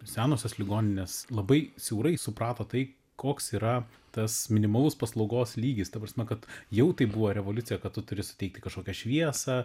senosios ligoninės labai siaurai suprato tai koks yra tas minimalus paslaugos lygis ta prasme kad jau tai buvo revoliucija kad tu turi suteikti kažkokią šviesą